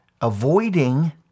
Avoiding